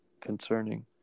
concerning